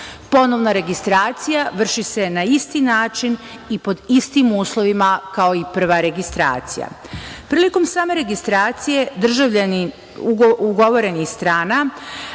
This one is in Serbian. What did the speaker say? Ponovna registracija vrši se na isti način i pod istim uslovima kao i prva registracija. Prilikom same registracije državljani ugovorenih strana